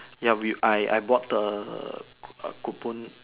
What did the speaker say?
ya we I I I bought the coupon